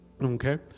Okay